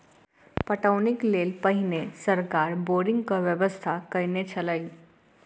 पटौनीक लेल पहिने सरकार बोरिंगक व्यवस्था कयने छलै